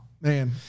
Man